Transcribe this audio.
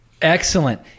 Excellent